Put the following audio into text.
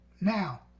Now